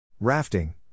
Rafting